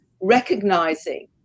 recognizing